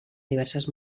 diverses